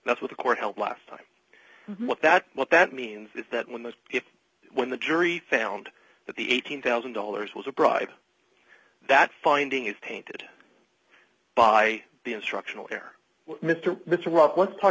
that's what the court held last time that what that means is that when the when the jury found that the eighteen thousand dollars was a bribe that finding is tainted by the instructional there mr this rough let's talk